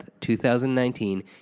2019